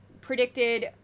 predicted